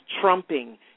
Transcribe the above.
trumping